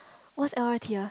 what's L_R_T ah